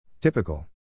Typical